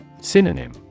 Synonym